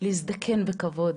להזדקן בכבוד,